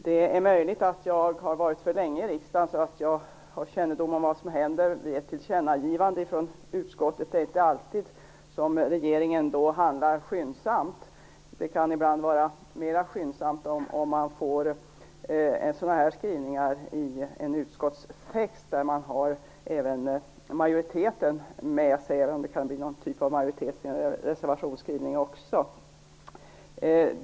Det är möjligt att jag har suttit så länge i riksdagen att jag har kännedom om vad som händer. Regeringen handlar nämligen inte alltid skyndsamt vid ett tillkännagivande från utskottet. Regeringens handläggning kan ibland vara mer skyndsam, om man får skrivningar i en utskottstext som majoriteten står bakom. Det kan också vara någon typ av majoritet bakom reservationsskrivningar.